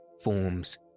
forms